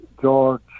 George